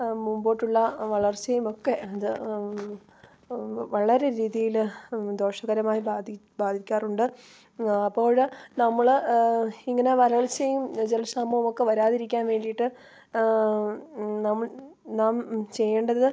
ആ മുമ്പോട്ടുള്ള വളർച്ചയുമൊക്കെ അത് ഒന്നു വളരെ രീതിയിൽ ദോഷകരമായി ബാധിക്കാറുണ്ട് അപ്പോൾ നമ്മൾ ഇങ്ങനെ വരൾച്ചയും ജലക്ഷമാവുമൊക്ക വരാതിരിക്കാൻ വേണ്ടിയിട്ട് നമ്മൾ നാം ചെയ്യേണ്ടത്